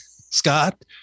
Scott